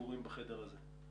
דיבורים בחדר הזה.